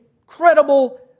incredible